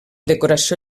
decoració